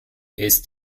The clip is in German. ist